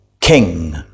King